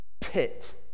pit